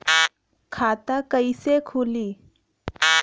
खाता कईसे खुली?